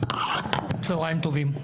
צוהריים טובים,